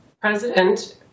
president